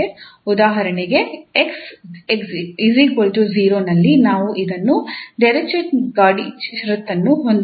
ಉದಾಹರಣೆಗೆ 𝑥 0 ನಲ್ಲಿ ನಾವು ಇನ್ನೂ ಡಿರಿಚ್ಲೆಟ್ ಗಡಿ ಷರತ್ತನ್ನು ಹೊಂದಬಹುದು